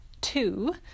two